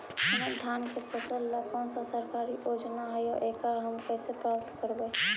हमर धान के फ़सल ला कौन सा सरकारी योजना हई और एकरा हम कैसे प्राप्त करबई?